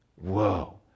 Whoa